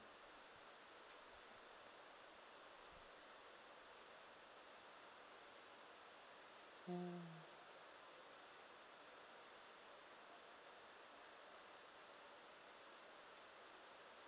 mm